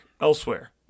elsewhere